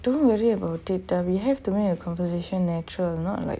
don't worry about it a we have to make our conversation natural not like